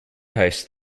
hosts